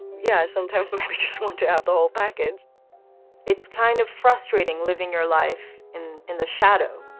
yeah, sometimes maybe just want to have the whole package it's kind of frustrating living your life in in the shadow.